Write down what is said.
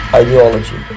ideology